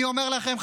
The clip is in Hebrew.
אני אומר לכם,